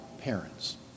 parents